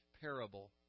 parable